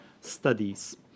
studies